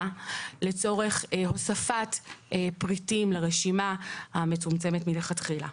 לצורך הוספת פריטים לרשימה המצומצמת מלכתחילה.